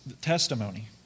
testimony